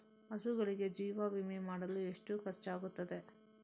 ಹಸುಗಳಿಗೆ ಜೀವ ವಿಮೆ ಮಾಡಲು ಎಷ್ಟು ಖರ್ಚಾಗುತ್ತದೆ?